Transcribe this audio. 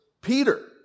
Peter